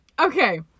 Okay